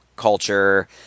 culture